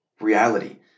reality